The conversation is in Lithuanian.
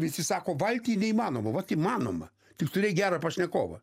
visi sako valty neįmanoma vat įmanoma tik turėk gerą pašnekovą